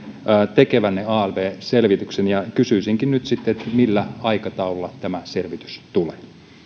tekevänne alv selvityksen ja kysyisinkin nyt sitten millä aikataululla tämä selvitys tulee